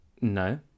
No